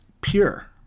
pure